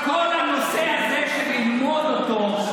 גבירותי ורבותיי, כל הנושא של ללמוד אותו,